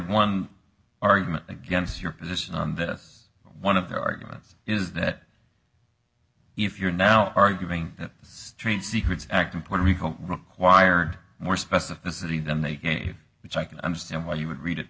one argument against your position on this one of the arguments is that if you're now arguing that this trade secrets act in puerto rico required more specificity then they gave which i can understand why you would read it